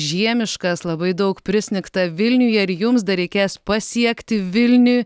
žiemiškas labai daug prisnigta vilniuje ir jums dar reikės pasiekti vilnių